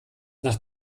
nach